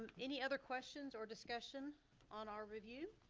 any other questions or discussion on our review?